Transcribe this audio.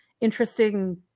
interesting